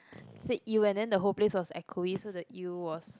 said ew and then the whole place was echoey so the ew was